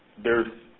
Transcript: there's